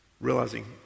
realizing